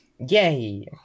Yay